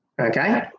okay